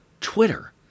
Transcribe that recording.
Twitter